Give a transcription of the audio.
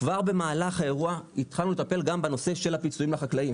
כבר במהלך האירוע התחלנו לטפל גם בנושא של הפיצויים לחקלאים,